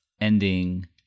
ending